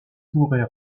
pourrait